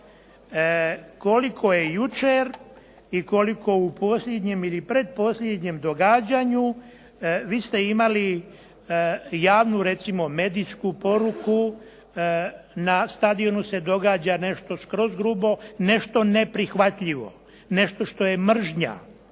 Koliko je jučer i koliko u posljednjem ili pretposljednjem događanju, vi ste imali javnu recimo medijsku poruku na stadionu se događa nešto skroz drugo, nešto neprihvatljivo, nešto što je mržnja.